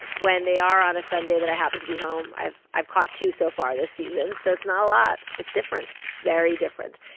when they are on a sunday that i happen to be home, i've i've caught two so far this season, so it's not a lot. it's different. it's very different.